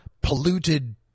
polluted